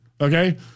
Okay